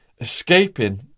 escaping